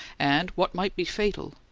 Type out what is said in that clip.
and, what might be fatal,